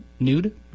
Nude